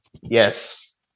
Yes